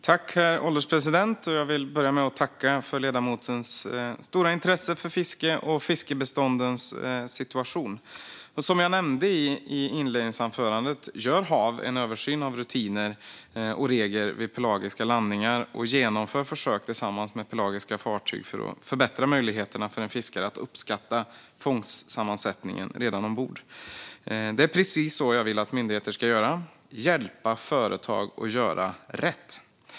Herr ålderspresident! Jag vill börja med att tacka för ledamotens stora intresse för fiske och fiskbeståndens situation. Som jag nämnde i mitt inledande anförande gör HaV en översyn av rutiner och regler vid pelagiska landningar och genomför försök tillsammans med pelagiska fartyg för att förbättra möjligheterna för fiskare att uppskatta fångstsammansättningen redan ombord. Det är precis så jag vill att myndigheter ska göra - hjälpa företag att göra rätt.